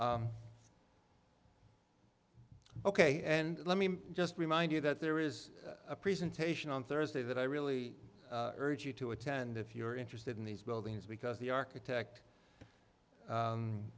indeed ok and let me just remind you that there is a presentation on thursday that i really urge you to attend if you're interested in these buildings because the architect